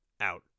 out